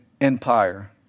Empire